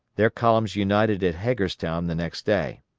their columns united at hagerstown the next day.